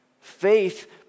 Faith